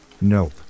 Nope